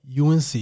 UNC